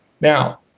Now